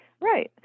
Right